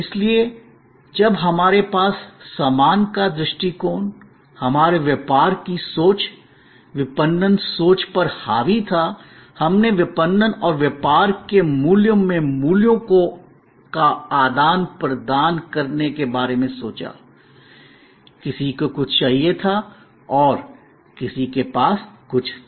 इसलिए जब हमारे पास सामान का दृष्टिकोण हमारे व्यापार की सोच विपणन सोच पर हावी था हमने विपणन और व्यापार के मूल में मूल्यों का आदान प्रदान करने के बारे में सोचा किसी को कुछ चाहिए था और किसी के पास कुछ था